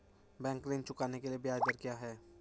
Bank ऋण चुकाने के लिए ब्याज दर क्या है?